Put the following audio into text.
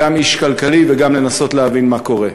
איש כלכלי וגם לנסות להבין מה קורה.